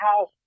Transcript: house